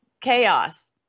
chaos